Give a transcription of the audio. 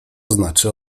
znaczy